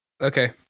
Okay